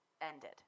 ended